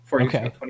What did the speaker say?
Okay